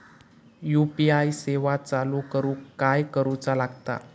UPI सेवा चालू करूक काय करूचा लागता?